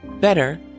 better